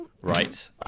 Right